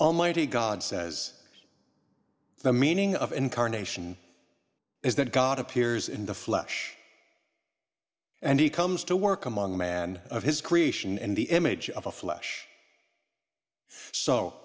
almighty god says the meaning of incarnation is that god appears in the flesh and he comes to work among men of his creation and the image of a flesh so